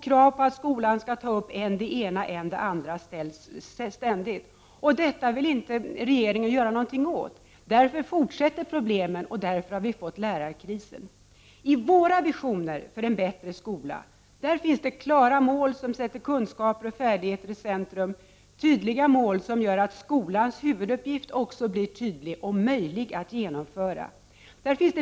Krav på att skolan skall ta upp än det ena än det andra ställs ständigt. Detta vill inte regeringen göra någonting Därför fortsätter problemen, och därför har vi fått lärarkrisen. I våra visioner för en bättre skola finns: - Klara mål som sätter kunskaper och färdigheter i centrum, tydliga mål som gör att skolans huvuduppgift också blir tydlig och möjlig att genomföra.